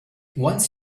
once